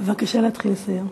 בבקשה להתחיל לסיים.